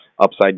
upside